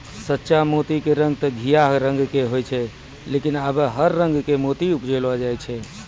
सच्चा मोती के रंग तॅ घीयाहा रंग के होय छै लेकिन आबॅ हर रंग के मोती उपजैलो जाय छै